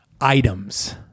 items